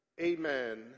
amen